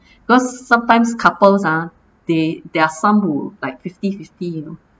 cause sometimes couples ah they there are some who like fifty fifty you know